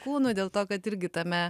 kūnu dėl to kad irgi tame